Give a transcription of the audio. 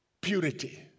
purity